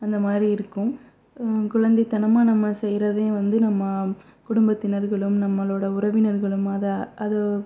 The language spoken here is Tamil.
அந்த மாதிரி இருக்கும் குழந்தை தனமாக நம்ம செய்கிறதையும் வந்து நம்ம குடும்பத்தினர்களும் நம்மளோடய உறவினர்களும் அதை அதை